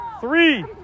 three